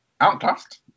outclassed